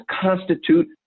constitute